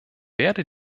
werde